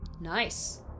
Nice